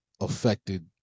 affected